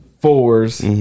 fours